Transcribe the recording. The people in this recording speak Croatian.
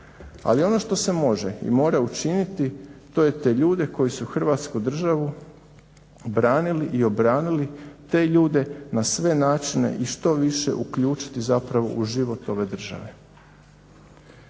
Ali ono što se može i mora učiniti, to je te ljude koji su Hrvatsku državu branili i obranili, te ljude na sve načine i što više uključiti zapravo u život ove države.